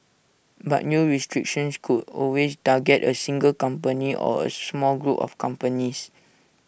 but new restrictions could always target A single company or A small group of companies